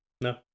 No